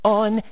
on